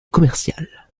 commercial